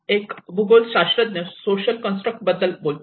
बरेच भूगोलशास्त्रज्ञ social construct बद्दल बोलतात